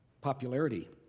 Popularity